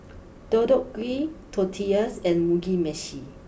Deodeok Gui Tortillas and Mugi Meshi